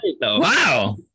wow